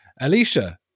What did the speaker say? Alicia